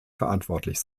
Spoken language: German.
verantwortlich